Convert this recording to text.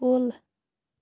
کُل